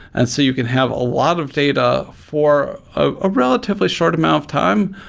and so you can have a lot of data for a relatively short amount of time,